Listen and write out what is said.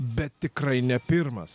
bet tikrai ne pirmas